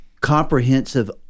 Comprehensive